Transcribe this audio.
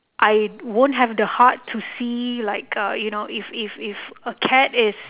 I won't have the heart to see like uh you know if if if a cat is